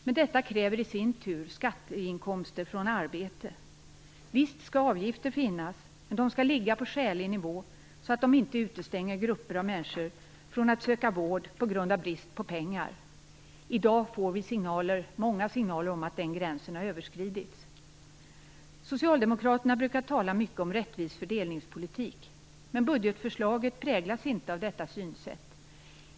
Men detta kräver i sin tur skatteinkomster från arbete. Visst skall det finnas avgifter, men de skall ligga på en skälig nivå så att de inte utestänger grupper av människor från att söka vård; detta på grund av brist på pengar. I dag får vi många signaler om att den gränsen har överskridits. Socialdemokraterna brukar tala mycket om en rättvis fördelningspolitik, men budgetförslaget präglas inte av detta synsätt.